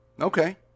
Okay